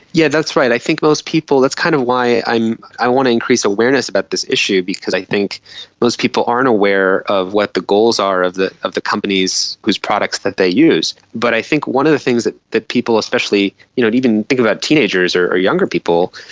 yeah that's right. i think most people, that's kind of why i want to increase awareness about this issue, because i think most people aren't aware of what the goals are of the of the companies whose products that they use. but i think one of the things that that people, you know even think about teenagers or younger people,